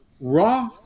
raw